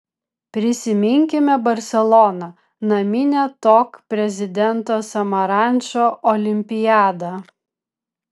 prisiminkime barseloną naminę tok prezidento samarančo olimpiadą